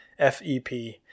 FEP